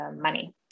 money